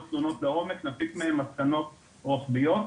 תלונות לעומק ונסיק מהן מסקנות רוחביות,